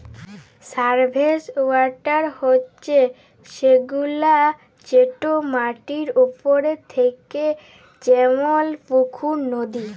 surface water হছে সেগুলা যেট মাটির উপরে থ্যাকে যেমল পুকুর, লদী